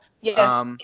Yes